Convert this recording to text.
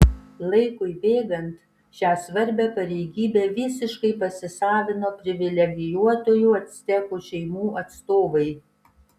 laikui bėgant šią svarbią pareigybę visiškai pasisavino privilegijuotųjų actekų šeimų atstovai